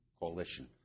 coalition